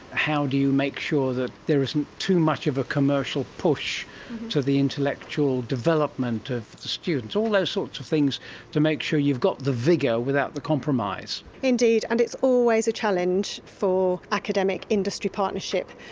how do you make sure that there isn't too much of a commercial push to the intellectual development of the students, all those sorts of things to make sure you've got the vigour without the compromise? indeed, and it's always a challenge for academic industry partnership.